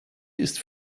ist